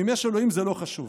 אם יש אלוהים, זה לא חשוב.